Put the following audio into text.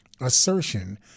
assertion